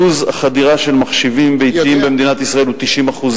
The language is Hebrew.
אחוז החדירה של מחשבים ביתיים במדינת ישראל הוא 90%,